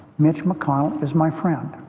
mitch mcconnell is my friend